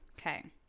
Okay